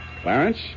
Clarence